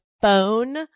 phone